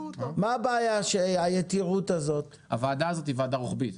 הוועדה הזאת היא ועדה רוחבית.